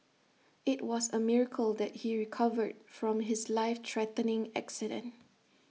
IT was A miracle that he recovered from his life threatening accident